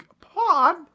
pod